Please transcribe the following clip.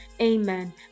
Amen